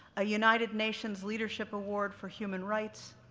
a united nations leadership award for human rights,